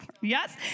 yes